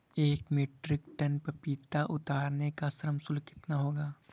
एक metric tonne पपीता उतारने का श्रम शुल्क कितना होगा?